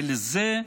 ולזה,